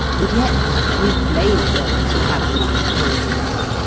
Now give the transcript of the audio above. and yet we blame those who have not kindliness.